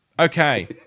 Okay